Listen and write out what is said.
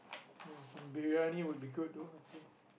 well some Briyani would be good though I feel